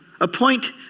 appoint